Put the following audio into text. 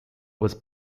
was